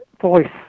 voice